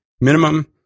minimum